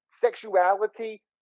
sexuality